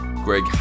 Greg